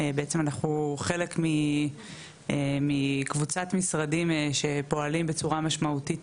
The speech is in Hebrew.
בעצם אנחנו חלק מקבוצת משרדים שפועלים בצורה משמעותית